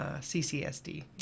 CCSD